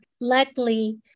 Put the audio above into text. Luckily